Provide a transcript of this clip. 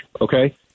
okay